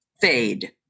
fade